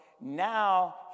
now